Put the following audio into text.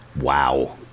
Wow